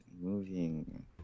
moving